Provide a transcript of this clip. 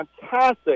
fantastic